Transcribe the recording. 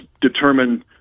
determine